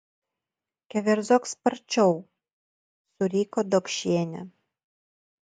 keverzok sparčiau suriko dokšienė